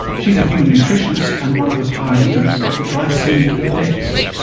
she's a human nutritionist and one of the pioneers of the glycaemic index.